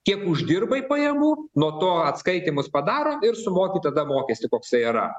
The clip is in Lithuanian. kiek uždirbai pajamų nuo to atskaitymus padaro ir sumoki tada mokestį koksai yra